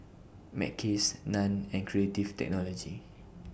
Mackays NAN and Creative Technology